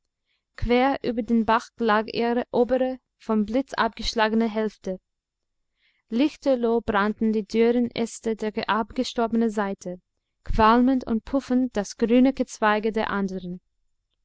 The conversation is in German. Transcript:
quer über den bach lag ihre obere vom blitz abgeschlagene hälfte lichterloh brannten die dürren äste der abgestorbenen seite qualmend und puffend das grüne gezweige der anderen